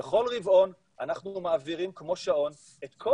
בכל רבעון אנחנו מעבירים כמו שעון את כל